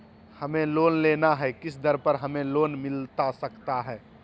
हमें लोन लेना है किस दर पर हमें लोन मिलता सकता है?